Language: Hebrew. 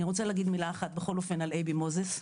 אני רוצה להגיד מילה אחת בכל אופן על אייבי מוזס,